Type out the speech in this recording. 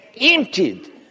emptied